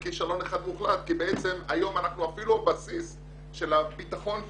הן כישלון אחד מוחלט כי בעצם היום אפילו בסיס של הביטחון במים,